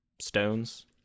stones